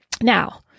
Now